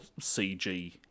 CG